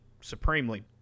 supremely